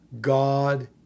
God